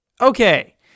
Okay